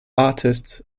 artists